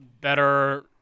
better